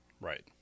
Right